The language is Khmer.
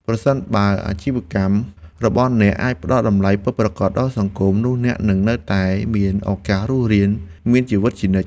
ប្រសិនបើអាជីវកម្មរបស់អ្នកអាចផ្ដល់តម្លៃពិតប្រាកដដល់សង្គម នោះអ្នកនឹងនៅតែមានឱកាសរស់រានមានជីវិតជានិច្ច។